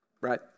Right